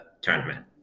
tournament